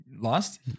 Lost